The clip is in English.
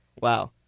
Wow